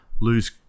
lose